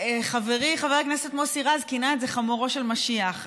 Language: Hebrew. חברי חבר הכנסת מוסי רז כינה את זה "חמורו של משיח".